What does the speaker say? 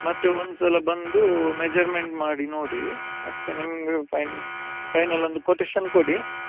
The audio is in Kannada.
ಮತ್ತೆ ಒಂದ್ಸಲ ಬಂದೂ ಮೆಜರ್ಮೆಂಟ್ ಮಾಡಿ ನೋಡಿ ಮತ್ತೆ ನಿಮಗೆ ಫೈಮಿ ಫೈನಲ್ ಒಂದು ಕೊಟೆಶನ್ ಕೊಡಿ